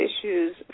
issues